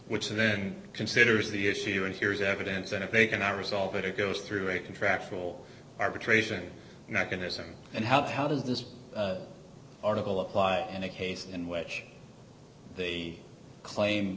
which then considers the issue and here is evidence and if they cannot resolve it it goes through a contractual arbitration and i can isn't and how how does this article apply in a case in which they claim